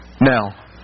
Now